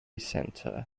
center